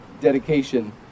dedication